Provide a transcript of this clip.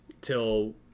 till